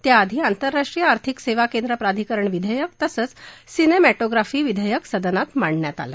त्याआधी आंतरराष्ट्रीय आर्थिक सेवा केंद्र प्राधिकरण विधेयक तसंच सिनेमॅटोग्राफी विधेयक सदनात मांडण्यात आलं